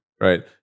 right